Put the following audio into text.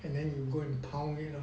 and then you go and pound it lor